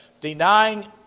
Denying